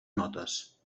notes